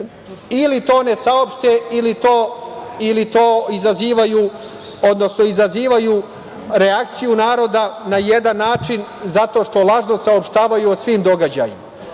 ili to izazivaju, odnosno izazivaju reakciju naroda na jedan način zato što lažno saopštavaju o svim događajima. Danas